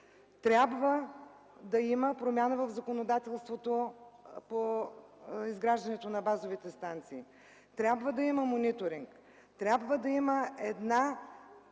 Трябва да има промяна в законодателството по изграждането на базовите станции. Трябва да има мониторинг, трябва да има